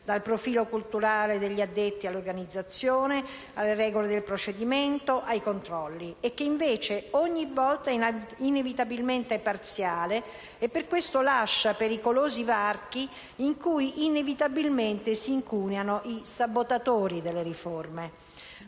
(dal profilo culturale degli addetti all'organizzazione, dalle regole del procedimento ai controlli) e che, invece, ogni volta è inevitabilmente parziale, e per questo lascia pericolosi varchi in cui inevitabilmente si incuneano i sabotatori delle riforme.